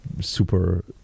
super